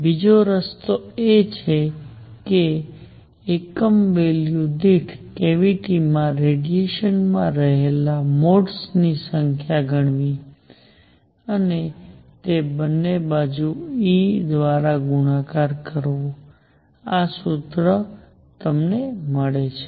બીજો રસ્તો એ છે કે એકમ વોલ્યુમ દીઠ કેવીટી માં રેડિયેશનમાં રહેલા મોડ્સની સંખ્યા ગણવી અને તેને બંને રીતે E દ્વારા ગુણાકાર કરવો આ જ સૂત્ર તમને મળે છે